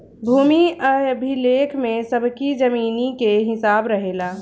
भूमि अभिलेख में सबकी जमीनी के हिसाब रहेला